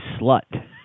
slut